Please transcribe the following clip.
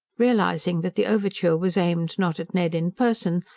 realizing that the overture was aimed, not at ned in person,